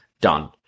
done